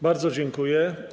Bardzo dziękuję.